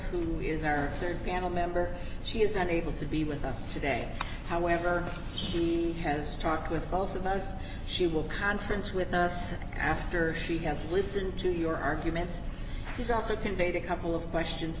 who is our rd panel member she is unable to be with us today however she has talked with both of us she will conference with us after she has listened to your arguments she's also conveyed a couple of questions